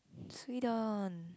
Sweden